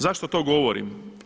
Zašto to govorim?